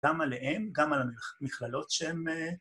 גם עליהם, גם על המכללות שהם...